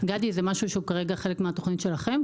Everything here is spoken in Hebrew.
גדי, זה משהו שהוא כרגע חלק מהתוכנית שלכם?